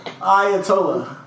Ayatollah